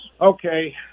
Okay